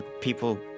People